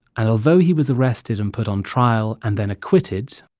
and although he was arrested and put on trial and then acquitted,